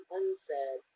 unsaid